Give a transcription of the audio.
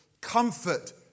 comfort